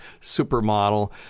supermodel